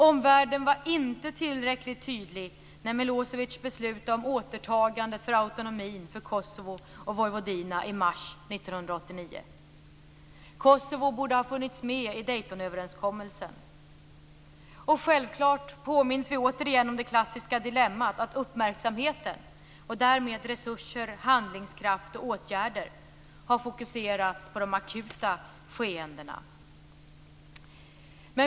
Omvärlden var inte tillräckligt tydlig när Milosevic beslutade om återtagande av autonomin för Kosovo och Vojvodina i mars 1989. Kosovo borde ha funnits med i Daytonöverenskommelsen. Självklart påminns vi här återigen om det klassiska dilemmat att uppmärksamheten, och därmed resurserna, handlingskraften och åtgärderna, har fokuserats på de akuta skeendena.